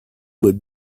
would